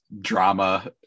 drama